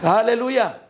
Hallelujah